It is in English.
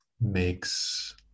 makes